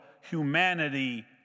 humanity